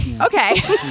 okay